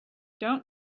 don’t